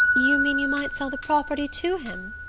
you mean you might sell the property to him?